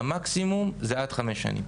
המקסימום הוא עד חמש שנים.